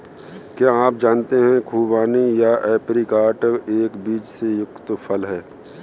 क्या आप जानते है खुबानी या ऐप्रिकॉट एक बीज से युक्त फल है?